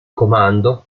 comando